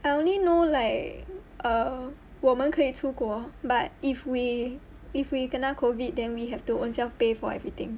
I only know like err 我们可以出国 but if we if we cannot kena COVID then we have to ownself pay for everything